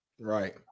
Right